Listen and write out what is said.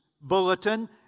bulletin